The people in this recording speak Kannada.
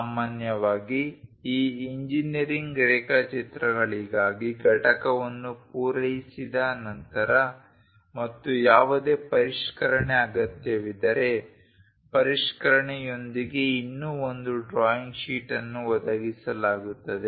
ಸಾಮಾನ್ಯವಾಗಿ ಈ ಇಂಜಿನೀರಿಂಗ್ ರೇಖಾಚಿತ್ರಗಳಿಗಾಗಿ ಘಟಕವನ್ನು ಪೂರೈಸಿದ ನಂತರ ಮತ್ತು ಯಾವುದೇ ಪರಿಷ್ಕರಣೆ ಅಗತ್ಯವಿದ್ದರೆ ಪರಿಷ್ಕರಣೆಯೊಂದಿಗೆ ಇನ್ನೂ ಒಂದು ಡ್ರಾಯಿಂಗ್ ಶೀಟ್ ಅನ್ನು ಒದಗಿಸಲಾಗುತ್ತದೆ